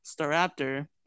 Staraptor